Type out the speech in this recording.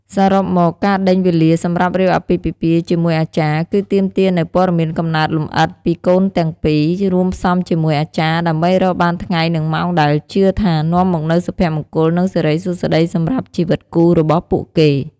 សរុបមក ការដេញវេលាសម្រាប់រៀបអាពាហ៍ពិពាហ៍ជាមួយអាចារ្យ គឺទាមទារនូវ ព័ត៌មានកំណើតលម្អិត ពីកូនទាំងពីរ រួមផ្សំជាមួយ អាចារ្យ ដើម្បីរកបានថ្ងៃនិងម៉ោងដែលជឿថា នាំមកនូវសុភមង្គល និងសិរីសួស្ដីសម្រាប់ជីវិតគូរបស់ពួកគេ។